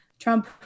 Trump